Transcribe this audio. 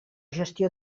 gestió